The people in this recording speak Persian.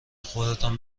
خودتان